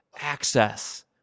Access